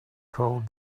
called